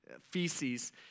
feces